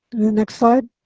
next slide.